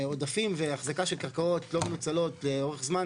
עודפים והחזקה של קרקעות לא מנוצלות לאורך זמן,